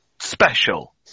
special